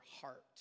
heart